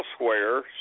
elsewhere